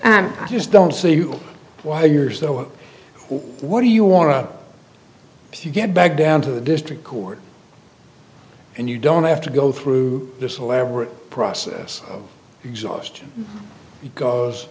and i just don't see why you're so what do you want to get back down to the district court and you don't have to go through this elaborate process exhaustion because